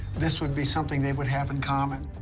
this would be something they would have in common.